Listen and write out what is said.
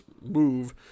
move